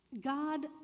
God